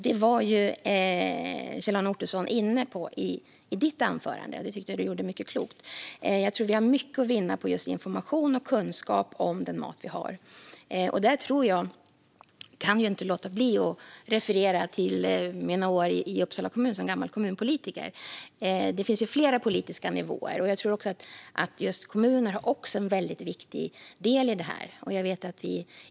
Det var du inne på i ditt anförande, Kjell-Arne Ottosson, och jag tycker att du sa mycket klokt. Jag tror att vi har mycket att vinna på just information och kunskap om den mat vi har. Där kan jag inte låta bli att referera till mina år som kommunpolitiker i Uppsala kommun - det finns ju flera politiska nivåer, och jag tror att just kommuner har en viktig del i detta.